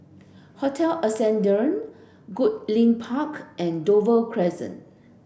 Hotel Ascendere Goodlink Park and Dover Crescent